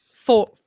four